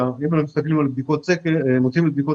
אם אנחנו מוציאים את בדיקות הסקר החוצה